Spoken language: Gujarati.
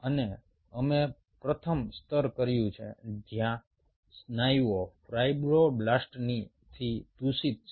અને અમે પ્રથમ સ્તર કર્યું જ્યાં સ્નાયુઓ ફાઇબ્રોબ્લાસ્ટથી દૂષિત છે